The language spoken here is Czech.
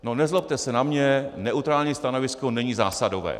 No nezlobte se na mě, neutrální stanovisko není zásadové.